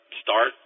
start